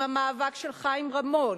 עם המאבק של חיים רמון?